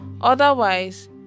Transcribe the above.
Otherwise